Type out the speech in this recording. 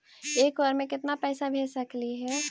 एक बार मे केतना पैसा भेज सकली हे?